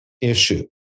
issue